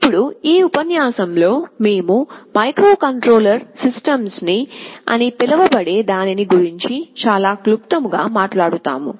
ఇప్పుడు ఈ ఉపన్యాసంలో మేము కంట్రోల్ సిస్టమ్స్ అని పిలువబడే దాని గురించి చాలా క్లుప్తంగా మాట్లాడుతాము